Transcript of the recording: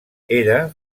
era